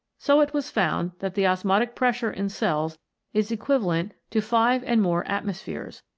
so it was found that the osmotic pressure in cells is equiva lent to five and more atmospheres,